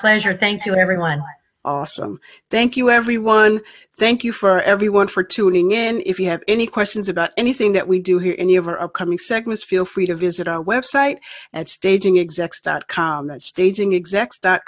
pleasure thank you everyone awesome thank you everyone thank you for everyone for tuning in if you have any questions about anything that we do hear any of our coming segments feel free to visit our website at staging exacts dot com that's staging exacts dot